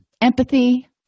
empathy